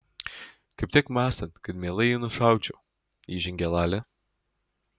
kaip tik mąstant kad mielai jį nušaučiau įžengė lali